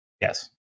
Yes